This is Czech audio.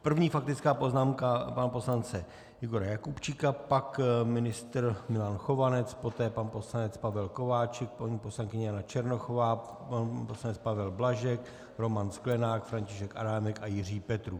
První faktická poznámka pana poslance Libora Jakubčíka, pak ministr Milan Chovanec, poté pan poslanec Pavel Kováčik, po něm poslankyně Jana Černochová, poslanec Pavel Blažek, Roman Sklenák, František Adámek a Jiří Petrů.